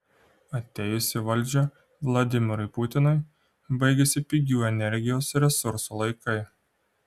atėjus į valdžią vladimirui putinui baigėsi pigių energijos resursų laikai